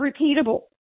repeatable